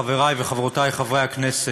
חברי וחברותי חברי הכנסת,